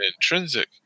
intrinsic